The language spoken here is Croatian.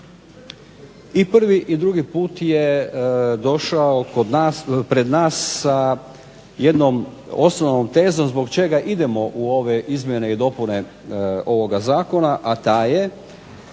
I prvi i drugi put je došao pred nas sa jednom osnovnom tezom zbog čega idemo u ove izmjene i dopune ovoga zakona, a ta je